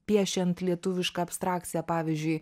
piešiant lietuvišką abstrakciją pavyzdžiui